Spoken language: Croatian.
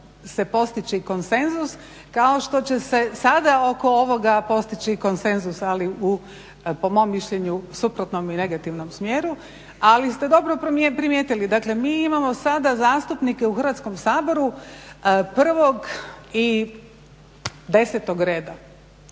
se postići konsenzus kao što će se sada oko ovoga postići konsenzus ali po mom mišljenju suprotnom i negativnom smjeru. Ali ste dobro primijetili, dakle mi imamo sada zastupnike u Hrvatskom saboru prvog i desetog reda.